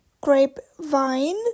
grapevine